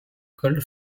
culled